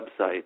website